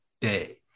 day